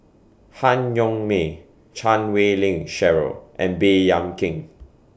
Han Yong May Chan Wei Ling Cheryl and Baey Yam Keng